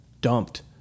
dumped